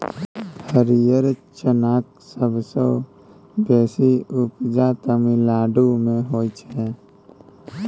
हरियर चनाक सबसँ बेसी उपजा तमिलनाडु मे होइ छै